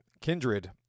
kindred